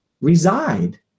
reside